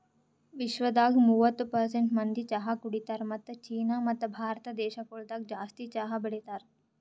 ವಿಶ್ವದಾಗ್ ಮೂವತ್ತು ಪರ್ಸೆಂಟ್ ಮಂದಿ ಚಹಾ ಕುಡಿತಾರ್ ಮತ್ತ ಚೀನಾ ಮತ್ತ ಭಾರತ ದೇಶಗೊಳ್ದಾಗ್ ಜಾಸ್ತಿ ಚಹಾ ಬೆಳಿತಾರ್